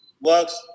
works